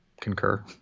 concur